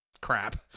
crap